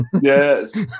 Yes